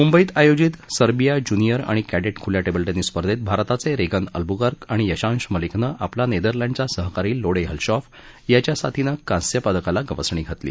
मुंबईत आयोजित Serbia junior आणि क्र्डिट खुल्या टेबल टेनिस स्पर्धेत भारताचे रेगन अल्बूकर्क आणि यशांश मलिकनं आपला नेदरलँडचा सहकारी लोडे हलशॉफ याच्या साथीनं कांस्यपदकाला गवसणी घातली